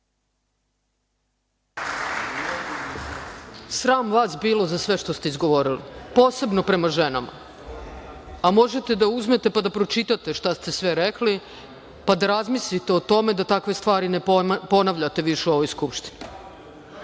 Sram vas bilo za sve što ste izgovorili, posebno prema ženama, a možete da uzmete pa da pročitate šta ste sve rekli, pa da razmislite o tome da takve stvari ne ponavljate više u ovoj Skupštini. Idemo